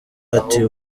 ati